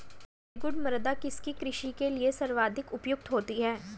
रेगुड़ मृदा किसकी कृषि के लिए सर्वाधिक उपयुक्त होती है?